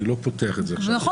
אני לא פותח את זה עכשיו מחדש.